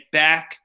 back